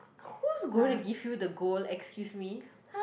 whose going to give you the gold excuse me